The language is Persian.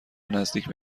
نزدیک